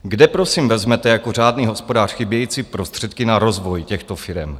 Kde prosím vezmete jako řádný hospodář chybějící prostředky na rozvoj těchto firem?